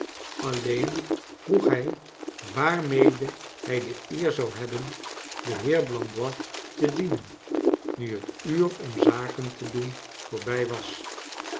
alleen vroeg hij waamiede hij de eer zou hebben den heer blandois te dienen nu het uur om zaken te doen voorbrj was